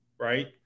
right